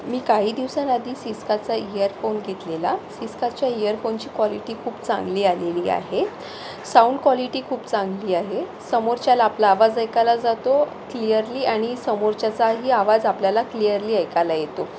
मी काही दिवसांआधी सिस्काचा इअरफोन घेतलेला सिस्काच्या इअरफोनची क्वालिटी खूप चांगली आलेली आहे साऊंड क्वालिटी खूप चांगली आहे समोरच्याला आपला आवाज ऐकायला जातो क्लिअरली आणि समोरच्याचाही आवाज आपल्याला क्लिअरली ऐकायला येतो